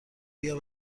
بیا